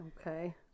Okay